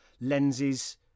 lenses